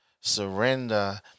Surrender